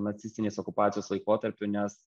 nacistinės okupacijos laikotarpiu nes